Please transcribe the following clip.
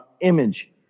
image